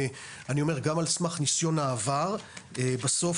אני אומר גם על סמך ניסיון העבר: בסוף